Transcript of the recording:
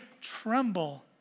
tremble